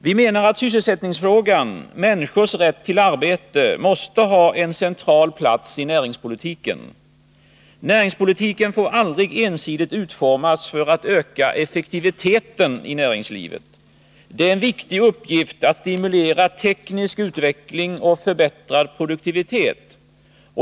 Vi menar att sysselsättningsfrågan — människors rätt till arbete — måste ha en central plats i näringspolitiken. Näringspolitiken får aldrig ensidigt utformas för att öka effektiviteten i näringslivet. Det är en viktig uppgift att stimulera teknisk utveckling och förbättrad produktivitet.